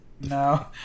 No